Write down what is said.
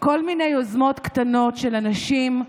כל מיני יוזמות קטנות של אנשים.